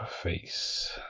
face